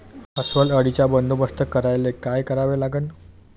अस्वल अळीचा बंदोबस्त करायले काय करावे लागन?